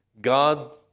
God